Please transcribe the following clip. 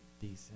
decent